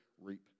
reap